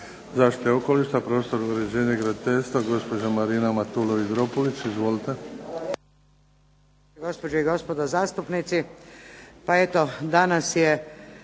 zaštite okoliša, prostornog uređenja i graditeljstva gospođa Marina Matulović Dropulić. Izvolite.